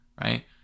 right